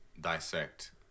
dissect